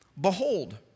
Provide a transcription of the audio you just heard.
behold